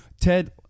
Ted